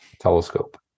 telescope